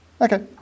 Okay